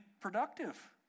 productive